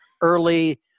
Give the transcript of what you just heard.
Early